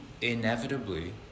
inevitably